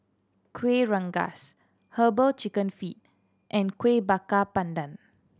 Kuih Rengas Herbal Chicken Feet and Kuih Bakar Pandan